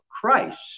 Christ